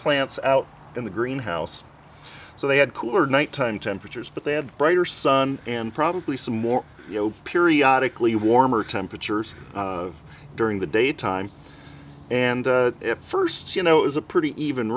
plants out in the greenhouse so they had cooler nighttime temperatures but they have brighter sun and probably some more you know periodically warmer temperatures during the daytime and first you know is a pretty even